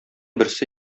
берсе